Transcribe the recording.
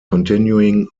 continuing